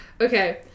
Okay